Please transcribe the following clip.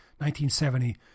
1970